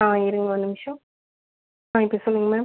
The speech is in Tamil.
ஆ இருங்க ஒரு நிமிஷம் ஆ இப்போ சொல்லுங்க மேம்